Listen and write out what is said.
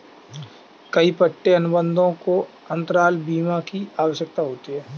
कई पट्टे अनुबंधों को अंतराल बीमा की आवश्यकता होती है